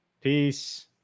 Peace